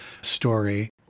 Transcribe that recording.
story